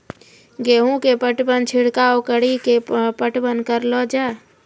गेहूँ के पटवन छिड़काव कड़ी के पटवन करलो जाय?